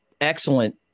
excellent